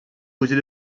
causer